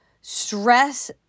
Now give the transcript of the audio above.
stress